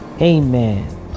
Amen